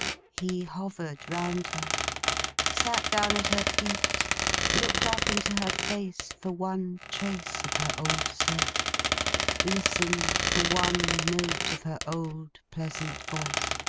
he hovered round her sat down at her feet looked up into her face for one trace of her old self listened for one note of her old pleasant voice.